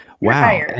Wow